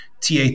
TA